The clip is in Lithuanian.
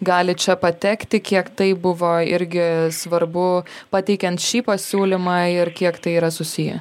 gali čia patekti kiek tai buvo irgi svarbu pateikiant šį pasiūlymą ir kiek tai yra susiję